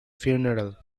funeral